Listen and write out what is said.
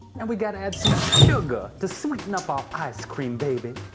and we got to add some sugar to sweeten up our ice cream baby.